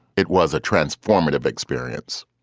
it was a transformative experience,